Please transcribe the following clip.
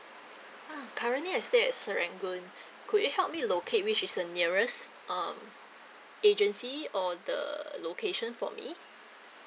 ah currently I stay at serangoon could you help me locate which is the nearest um agency or the location for me